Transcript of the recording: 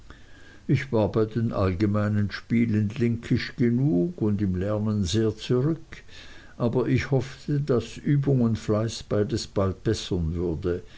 ich war bei den allgemeinen spielen linkisch genug und im lernen sehr zurück aber ich hoffte daß übung und fleiß beides bald bessern würde